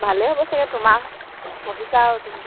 ভালেই হ'ব চাগে তোমাৰ পঢ়িছা আৰু তুমি